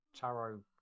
tarot